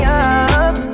up